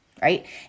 right